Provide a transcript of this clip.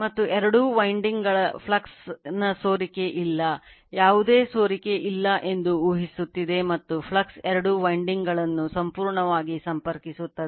ಮತ್ತು ಎರಡೂ windling ಗಳ ಫ್ಲಕ್ಸ್ನ ಸೋರಿಕೆ ಇಲ್ಲ ಯಾವುದೇ ಸೋರಿಕೆ ಇಲ್ಲ ಎಂದು ಊಹಿಸುತ್ತಿವೆ ಮತ್ತು ಫ್ಲಕ್ಸ್ ಎರಡೂ windling ಗಳನ್ನು ಸಂಪೂರ್ಣವಾಗಿ ಸಂಪರ್ಕಿಸುತ್ತದೆ